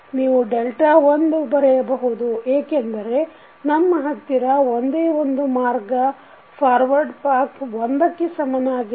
ನೀವು ಡೆಲ್ಟಾ 1 ಬರೆಯಬಹುದು ಏಕೆಂದರೆ ನಮ್ಮ ಹತ್ತಿರ ಒಂದೇ ಒಂದು ಮುಂದಿನ ಮಾರ್ಗ 1 ಕ್ಕೆ ಸಮನಾಗಿದೆ